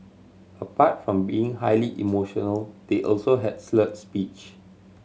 apart from being highly emotional they also had slurred speech